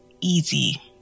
easy